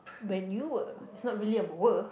when you were it's not really a were